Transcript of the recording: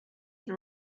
been